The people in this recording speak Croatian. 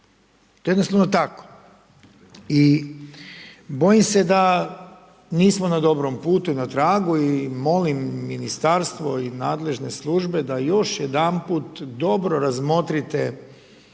To je jednostavno tako. I bojim se da nismo na dobrom putu i na tragu, i molim Ministarstvo i nadležne službe da još jedanput dobro razmotrite